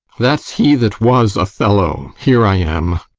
that's he that was othello here i am.